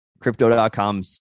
Crypto.com